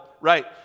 right